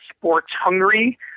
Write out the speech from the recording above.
sports-hungry